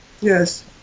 Yes